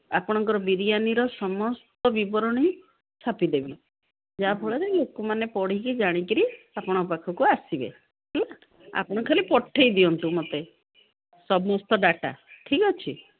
ଆପଣଙ୍କର ବିରିୟାନିର ସମସ୍ତ ବିବରଣୀ ଛାପିଦେବି ଯାହା ଫଳରେ ଲୋକମାନେ ପଢ଼ିକି ଜାଣିକିରି ଆପଣଙ୍କ ପାଖକୁ ଆସିବେ ହେଲା ଆପଣ ଖାଲି ପଠାଇ ଦିଅନ୍ତୁ ମୋତେ ସମସ୍ତ ଡାଟା ଠିକ୍ ଅଛି